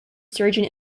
surgeon